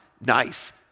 nice